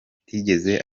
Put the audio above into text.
atigeze